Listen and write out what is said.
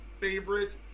favorite